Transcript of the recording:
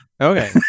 Okay